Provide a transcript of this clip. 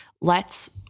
lets